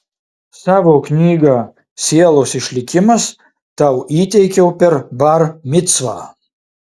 savo knygą sielos išlikimas tau įteikiau per bar micvą